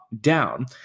down